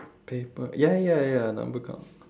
paper ya ya ya ya number count